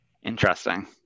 interesting